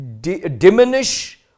diminish